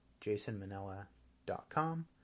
jasonmanella.com